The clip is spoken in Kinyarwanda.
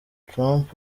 trump